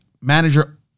manager